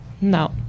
No